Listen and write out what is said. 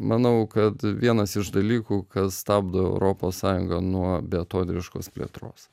manau kad vienas iš dalykų kas stabdo europos sąjungą nuo beatodairiškos plėtros